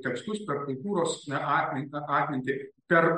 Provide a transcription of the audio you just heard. tekstus per kultūros na atmin na atmintį per